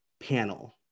panel